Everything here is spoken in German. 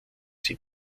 sie